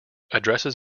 addresses